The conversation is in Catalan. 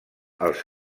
els